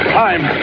time